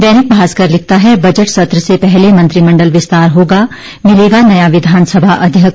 दैनिक भास्कर लिखता है बजट सत्र से पहले मंत्रिमंडल विस्तार होगा मिलेगा नया विधानसभा अध्यक्ष